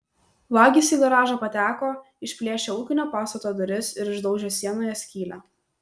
vagys į garažą pateko išplėšę ūkinio pastato duris ir išdaužę sienoje skylę